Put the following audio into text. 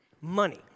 Money